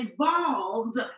involves